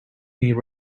being